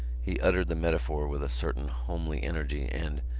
he uttered the metaphor with a certain homely energy and,